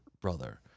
brother